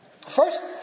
First